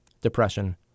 depression